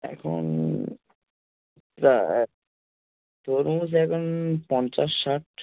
এখন যা তরমুজ এখন পঞ্চাশ ষাট